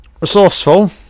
Resourceful